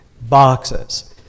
boxes